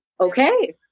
Okay